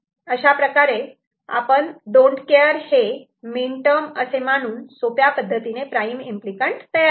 अशाप्रकारे आपण don't care हे मीन टर्म असे मानून सोप्या पद्धतीने प्राईम इम्पली कँट तयार केले